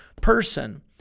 person